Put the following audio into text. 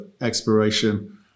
exploration